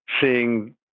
seeing